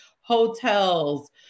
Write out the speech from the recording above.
hotels